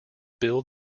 build